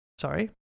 Sorry